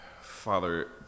Father